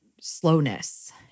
slowness